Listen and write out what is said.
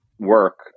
Work